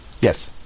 Yes